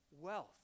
wealth